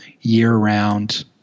year-round